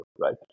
right